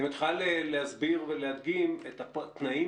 האם את יכולה להסביר ולהדגים את התנאים